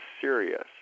serious